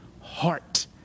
heart